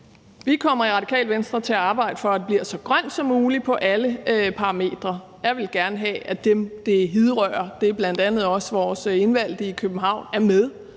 Vi kommer i Radikale Venstre til at arbejde for, at det bliver så grønt som muligt på alle parametre. Jeg ville gerne have, at dem, det hidrører – det er bl.a. også vores indvalgte i København – er med